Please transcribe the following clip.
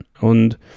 Und